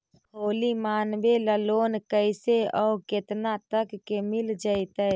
होली मनाबे ल लोन कैसे औ केतना तक के मिल जैतै?